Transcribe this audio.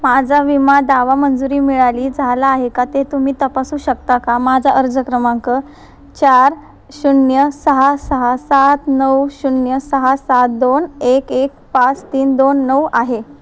माझा विमा दावा मंजुरी मिळाली झाला आहे का ते तुम्ही तपासू शकता का माझा अर्ज क्रमांक चार शून्य सहा सहा सात नऊ शून्य सहा सात दोन एक एक पाच तीन दोन नऊ आहे